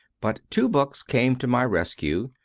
but two books came to my rescue,